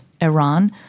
Iran